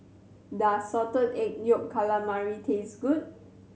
does Salted Egg Yolk Calamari taste good